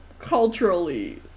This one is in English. culturally